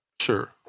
Sure